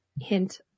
hint